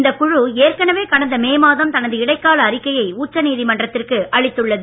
இந்தக் குழு ஏற்கனவே கடந்த மே மாதம் தனது இடைக்கால அறிக்கையை உச்ச நீதிமன்றத்திற்கு அளித்துள்ளது